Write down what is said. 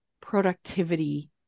productivity